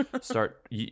start